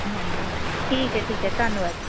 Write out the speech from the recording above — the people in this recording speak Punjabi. ਹਾਂਜੀ ਹਾਂਜੀ ਠੀਕ ਹੈ ਠੀਕ ਹੈ ਧੰਨਵਾਦ